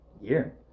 year